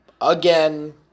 again